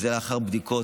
וזה לאחר בדיקות.